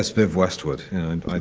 viv westwood.